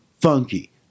funky